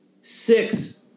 six